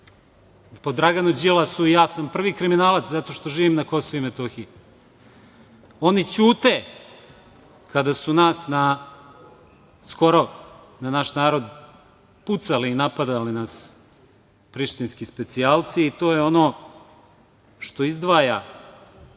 Po Draganu Đilasu sam ja prvi kriminalac zato što živim na KiM. Oni ćute kada su skoro na naš narod pucali i napadali nas prištinski specijalci. To je ono što izdvaja